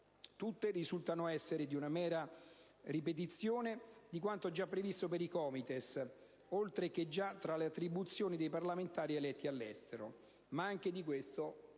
Tutte risultano essere una mera ripetizione di quanto già previsto per i COMITES, oltre che delle attribuzioni dei parlamentari eletti all'estero. Ma anche di questo